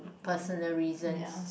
personal reasons